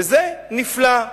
וזה נפלא.